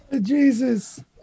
Jesus